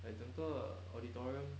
like 整个 auditorium